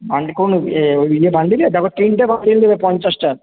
ওই ইয়ে বান্ডিলে দেখো তিনটে বান্ডিল দেবে পঞ্চাশটা